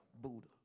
Buddha